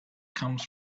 comes